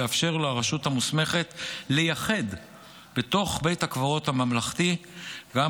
לאפשר לרשות המוסמכת לייחד בבית הקברות הממלכתי גם